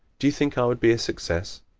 do you think i would be a success?